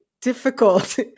difficult